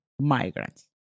migrants